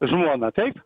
žmona taip